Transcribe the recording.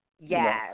Yes